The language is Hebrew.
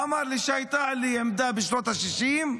הוא אמר לי: הייתה לי עמדה בשנות השישים,